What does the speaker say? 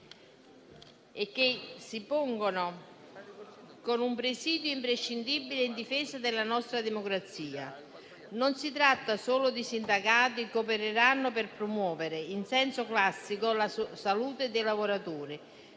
e che si pone come un presidio imprescindibile in difesa della nostra democrazia. Non si tratta solo di sindacati che opereranno per promuovere in senso classico la salute dei lavoratori